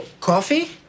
Coffee